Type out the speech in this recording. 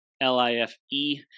L-I-F-E